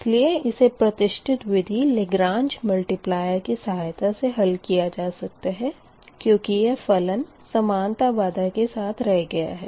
इसलिए इसे प्रतिष्ठित विधि लेग्रांज मल्टीपलयर Lagrange's multipliers की सहायता से हल किया जा सकता है क्यूँकि यह फलन समानता बाधा के साथ रह गया है